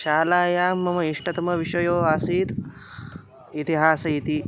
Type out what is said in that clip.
शालायां मम इष्टतमविषयो आसीत् इतिहासः इति